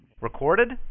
Recorded